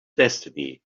destiny